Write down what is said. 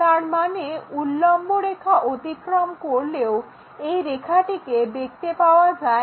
তার মানে উল্লম্ব রেখা অতিক্রম করলেও এই রেখাটিকে দেখতে পাওয়া যায় না